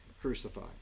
crucified